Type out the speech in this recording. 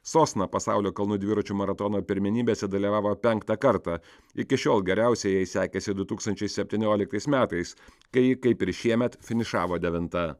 sosna pasaulio kalnų dviračių maratono pirmenybėse dalyvavo penktą kartą iki šiol geriausiai jai sekėsi du tūkstančiai septynioliktais metais kai ji kaip ir šiemet finišavo devinta